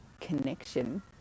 connection